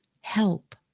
help